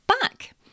back